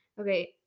Okay